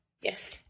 Yes